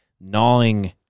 gnawing